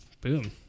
boom